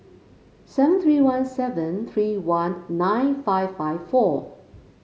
seven three one seven three one nine five five four